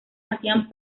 hacían